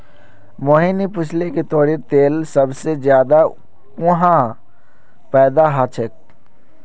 मोहिनी पूछाले कि ताडेर तेल सबसे ज्यादा कुहाँ पैदा ह छे